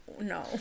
no